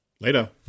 later